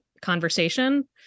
conversation